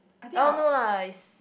orh no lah it's